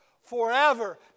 forever